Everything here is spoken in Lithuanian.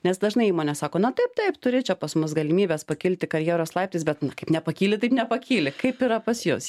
nes dažnai įmonės sako na taip taip turi čia pas mus galimybes pakilti karjeros laiptais bet na kaip nepakyli taip nepakyli kaip yra pas jus